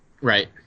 Right